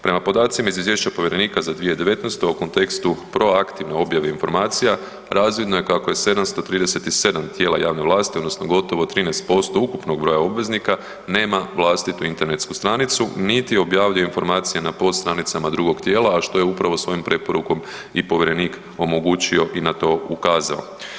Prema podacima iz izvješća povjerenika za 2019., a u kontekstu proaktivne objave informacija razvidno je kako je 737 tijela javne vlasti odnosno gotovo 13% ukupnog broja obveznika nema vlastitu internetsku stranicu niti objavljuje informacije na podstranicama drugog tijela, a što je upravo svojom preporukom i povjerenik omogućio i na to ukazao.